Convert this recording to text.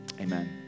Amen